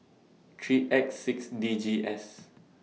three X six D G S